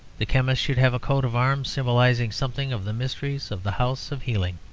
the chemist should have a coat-of-arms symbolizing something of the mysteries of the house of healing,